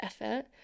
effort